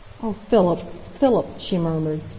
oh, philip, philip! she murmured.